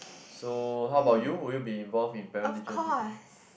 so how about you would you be involved in parent teacher meeting